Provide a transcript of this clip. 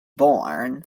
born